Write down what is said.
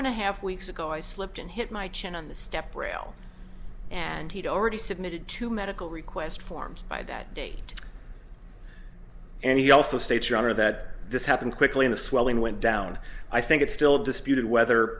and a half weeks ago i slipped and hit my chin on the step braille and he'd already submitted to medical request forms by that date and he also states rather that this happened quickly in the swelling went down i think it's still disputed whether